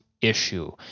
issue